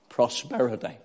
Prosperity